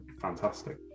fantastic